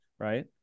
right